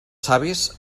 savis